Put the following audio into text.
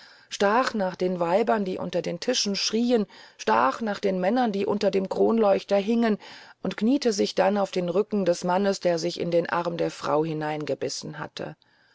stach nach den weibern die unter den tischen schrien stach nach den männern die unter dem kronleuchter hingen und kniete sich dann auf den rücken des mannes der sich in den arm der frau hineingebissen hatte